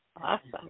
Awesome